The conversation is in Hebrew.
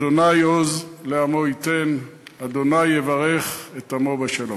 ה' עוז לעמו ייתן, ה' יברך את עמו בשלום.